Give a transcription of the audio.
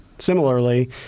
Similarly